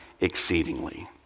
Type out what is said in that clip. exceedingly